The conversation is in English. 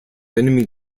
enemy